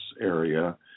area